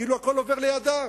כאילו הכול עובר לידה,